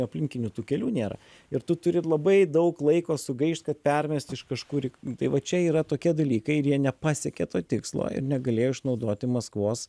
aplinkinių tų kelių nėra ir tu turi labai daug laiko sugaišt kad permest iš kažkur į tai va čia yra tokie dalykai ir jie nepasiekė to tikslo ir negalėjo išnaudoti maskvos